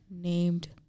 named